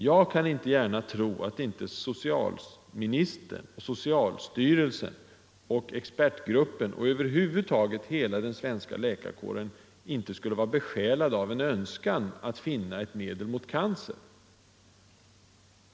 Jag kan inte tro att socialministern, socialstyrelsen och denna expertgrupp —- ja, över huvud taget hela den svenska läkarkåren — inte är besjälade av en stark önskan Nr 132 att finna ett medel mot cancer.